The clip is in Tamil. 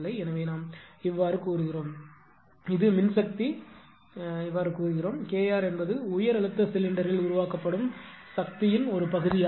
எனவே நாம் இவ்வாறு கூறுகிறோம் இது மின்சக்தி இவ்வாறு கூறுகிறோம் K r என்பது உயர் அழுத்த சிலிண்டரில் உருவாக்கப்படும் சக்தியின் ஒரு பகுதியாகும்